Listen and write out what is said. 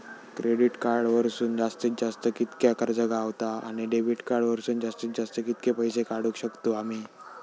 Credit card वरसून जास्तीत जास्त कितक्या कर्ज गावता, आणि डेबिट कार्ड वरसून जास्तीत जास्त कितके पैसे काढुक शकतू आम्ही?